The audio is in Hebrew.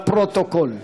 לפרוטוקול.